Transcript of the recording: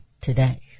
Today